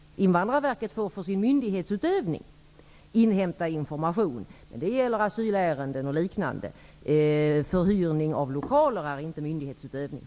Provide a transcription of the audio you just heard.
Invandrarverket får för sin myndighetutsövning inhämta information, men det gäller asylärenden och liknande. Förhyrning av lokaler är inte myndighetsutövning.